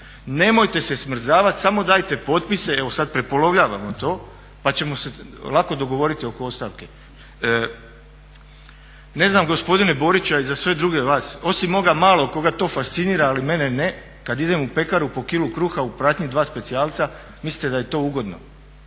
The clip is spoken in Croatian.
Nemojte se smrzavati, samo dajte potpise, evo sad prepolovljavamo to, pa ćemo se lako dogovoriti oko ostavke. Ne znam gospodine Boriću, a i za sve druge vas, osim moga malog koga to fascinira ali mene ne, kad idem u pekaru po kilu kruha u pratnji dva specijalca mislite da je to ugodno?